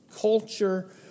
culture